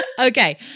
Okay